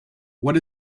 what